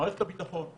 מערכת הביטחון,